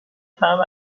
طعم